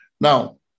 Now